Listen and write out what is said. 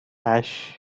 ash